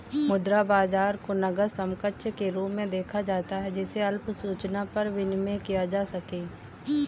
मुद्रा बाजार को नकद समकक्ष के रूप में देखा जाता है जिसे अल्प सूचना पर विनिमेय किया जा सके